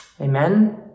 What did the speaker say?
Amen